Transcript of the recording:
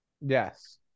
Yes